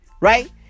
right